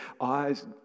eyes